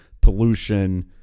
pollution